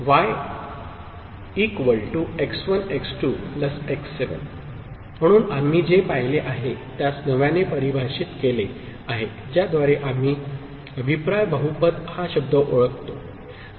y x1x2 x7 म्हणून आम्ही जे पाहिले आहे त्यास नव्याने परिभाषित केले आहे ज्याद्वारे आम्ही अभिप्राय बहुपद हा शब्द ओळखतो